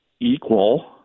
equal